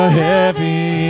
heavy